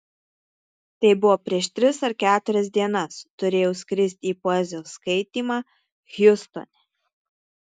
tai buvo prieš tris ar keturias dienas turėjau skristi į poezijos skaitymą hjustone